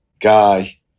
guy